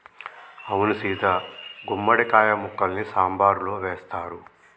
అవును సీత గుమ్మడి కాయ ముక్కల్ని సాంబారులో వేస్తారు